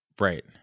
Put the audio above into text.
right